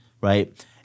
right